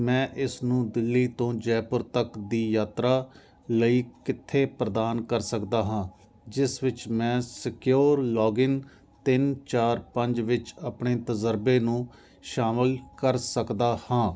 ਮੈਂ ਇਸ ਨੂੰ ਦਿੱਲੀ ਤੋਂ ਜੈਪੁਰ ਤੱਕ ਦੀ ਯਾਤਰਾ ਲਈ ਕਿੱਥੇ ਪ੍ਰਦਾਨ ਕਰ ਸਕਦਾ ਹਾਂ ਜਿਸ ਵਿੱਚ ਮੈਂ ਸਿਕਿਓਰ ਲੋਗਿਨ ਤਿੰਨ ਚਾਰ ਪੰਜ ਵਿੱਚ ਆਪਣੇ ਤਜ਼ਰਬੇ ਨੂੰ ਸ਼ਾਮਿਲ ਕਰ ਸਕਦਾ ਹਾਂ